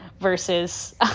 versus